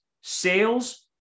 sales